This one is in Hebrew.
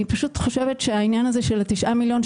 אני חושבת שהעניין של 9 מיליון,